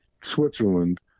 switzerland